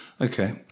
Okay